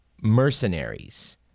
mercenaries